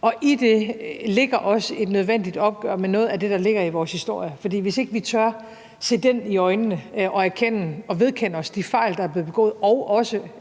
I det ligger også et nødvendigt opgør med noget af det, der ligger i vores historie, for hvis ikke vi tør se den i øjnene og erkende og vedkende os de fejl, der er blevet begået – også